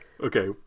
Okay